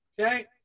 Okay